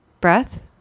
breath